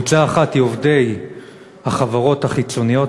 הקבוצה האחת היא עובדי החברות החיצוניות